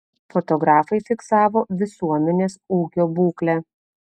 fotografai fiksavo visuomenės ūkio būklę